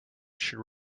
should